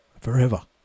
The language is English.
forever